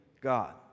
God